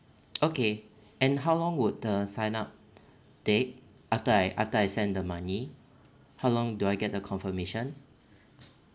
okay and how long would the sign up date after I after I send the money how long do I get the confirmation